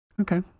Okay